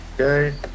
Okay